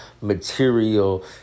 material